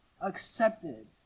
accepted